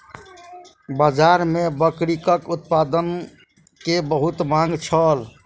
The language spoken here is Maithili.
बाजार में बकरीक उत्पाद के बहुत मांग छल